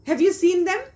have you seen them